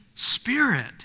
Spirit